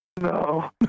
No